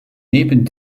neben